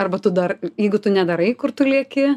arba tu dar jeigu tu nedarai kur tu lieki